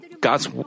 God's